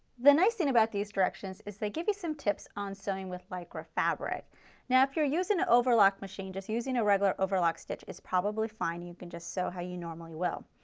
the nice thing about these directions, is they give you some tips on sewing with lycra fabric now. now if you are using an overlock machine, just using a regular overlock stitch is probably fine. you can just sew how you normally will,